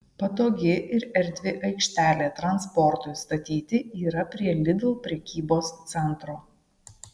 patogi ir erdvi aikštelė transportui statyti yra prie lidl prekybos centro